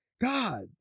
god